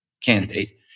candidate